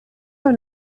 your